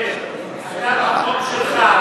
חבר הכנסת כבל,